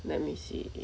let me see